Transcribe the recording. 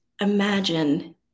imagine